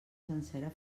sencera